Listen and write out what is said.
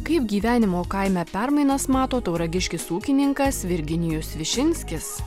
kaip gyvenimo kaime permainas mato tauragiškis ūkininkas virginijus višinskis